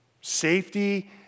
safety